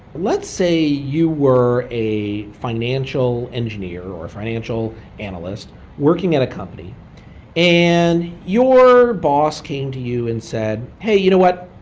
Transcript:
let's say you were a financial engineer or a financial analyst working at a company and your boss came to you and said, hey, you know what?